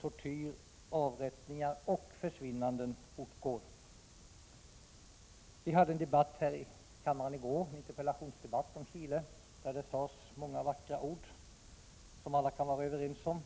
tortyr, avrättningar och ”försvinnanden” fortgår. Vi hade en interpellationsdebatt om Chile i kammaren i går. Det sades många vackra ord som alla kan vara överens om.